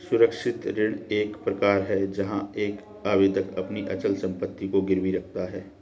सुरक्षित ऋण एक प्रकार है जहां एक आवेदक अपनी अचल संपत्ति को गिरवी रखता है